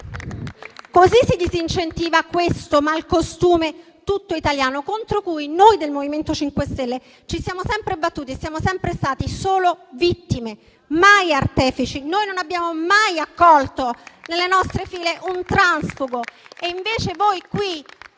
modo si disincentiva questo malcostume tutto italiano contro cui noi del Movimento 5 Stelle ci siamo sempre battuti e siamo sempre stati solo vittime, mai artefici: noi non abbiamo mai accolto nelle nostre fila un transfuga, invece tutti